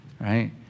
right